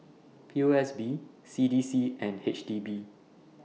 P O S B C D C and H D B